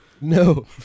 No